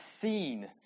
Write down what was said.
seen